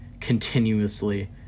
continuously